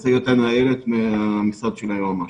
תדבר איילת ממשרד היועמ"ש.